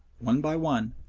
one by one,